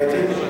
אתה אתי?